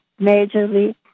majorly